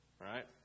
right